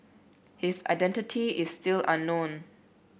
his identity is still unknown